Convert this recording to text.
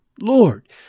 Lord